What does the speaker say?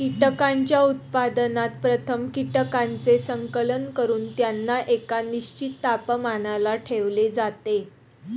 कीटकांच्या उत्पादनात प्रथम कीटकांचे संकलन करून त्यांना एका निश्चित तापमानाला ठेवले जाते